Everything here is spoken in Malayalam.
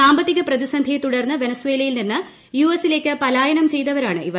സാമ്പത്തിക പ്രതിസന്ധിയെ തുടർന്ന് വെനസ്വേലയിൽ നിന്ന് യുഎസിലേക്ക് പലായനം ചെയ്തവരാണ് ഇവർ